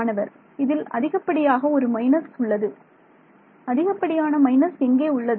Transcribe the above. மாணவர் இதில் அதிகப்படியாக ஒரு மைனஸ் உள்ளது அதிகப்படியான மைனஸ் எங்கே உள்ளது